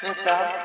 stop